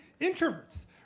introverts